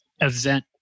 event